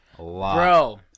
Bro